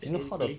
technically